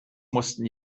mussten